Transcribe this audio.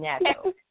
natural